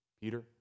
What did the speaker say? Peter